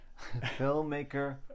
Filmmaker